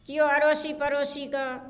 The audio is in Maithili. केओ अड़ोसी पड़ोसीके